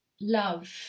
love